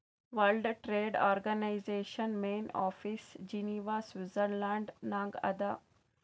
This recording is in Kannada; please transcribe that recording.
world trade organization main office Geneva Switzerland ನಾಗ್ ಅದಾ